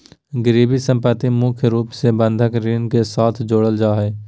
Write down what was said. गिरबी सम्पत्ति मुख्य रूप से बंधक ऋण के साथ जोडल जा हय